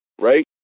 right